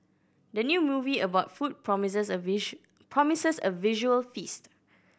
the new movie about food promises a promises a visual feast